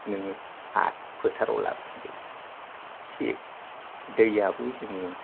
नोङो आरो फोथाराव लाबोफिनदोलाय थिक दैयाबो जोङो